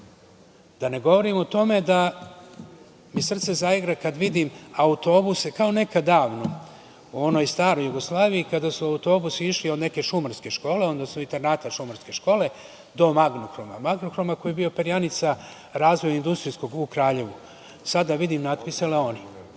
ne govorim o tome da mi srce zaigra kad vidim autobuse kao nekad davno u onoj staroj Jugoslaviji kada su autobusi išli od neke Šumarske škole, odnosno internata Šumarske škole do Magnohroma, Magnohroma koji je bio perionica razvoja industrijskog u Kraljevu, sada vidim natpise „Leoni“.